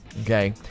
Okay